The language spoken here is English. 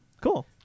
Cool